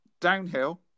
Downhill